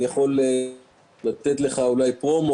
אני יכול לתת לך פרומו,